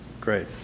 Great